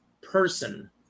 person